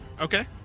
Okay